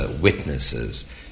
witnesses